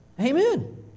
Amen